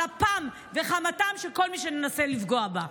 על אפם וחמתם של כל מי שמנסים לפגוע בה.